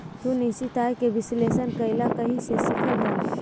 तू निश्चित आय के विश्लेषण कइला कहीं से सीखलऽ हल?